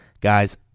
Guys